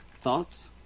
thoughts